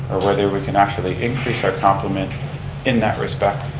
or whether we can actually increase or compliment in that respect,